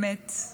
באמת,